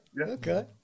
Okay